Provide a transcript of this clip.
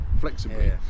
Flexibly